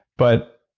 but,